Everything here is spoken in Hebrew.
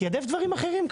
תיעדוף דברים אחרים,